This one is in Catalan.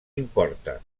importa